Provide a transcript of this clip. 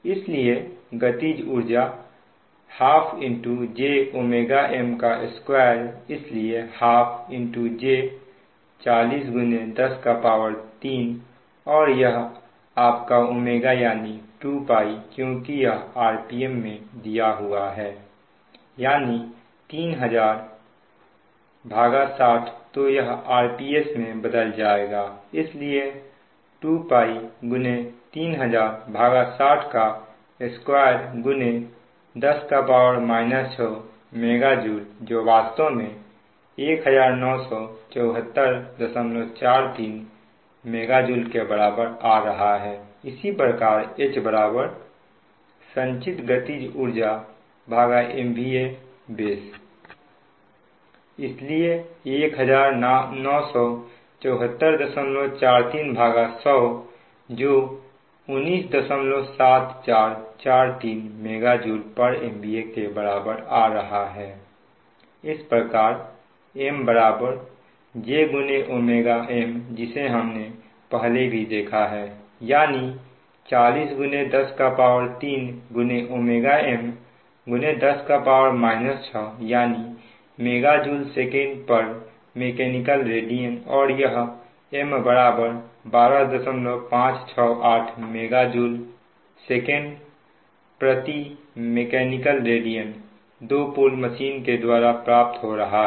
इसलिए गतिज ऊर्जा ½ J m2 इसलिए ½ J 40 103 और यह आपका ω यानी 2π क्योंकि यह rpm में दिया हुआ है यानी 300060 तो यह rps में बदल जाएगा इसलिए 2 π3000602 10 6 MJ जो वास्तव में 197443 MJ के बराबर आ रहा है इसी प्रकार H संचित गतिज ऊर्जाMVA बेस इसलिए 197443100 जो 197443 MJMVA के बराबर आ रहा है इस प्रकार M J m जिसे हमने पहले भी देखा है यानी 40 103 m 10 6 यानी MJ SecMech rad और यह M 12568 MJ sec Mecha rad 2 pole machine के द्वारा प्राप्त हो रहा है